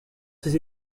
ses